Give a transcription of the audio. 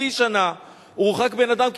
חצי שנה הורחק בן-אדם,